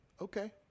Okay